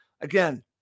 Again